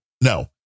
no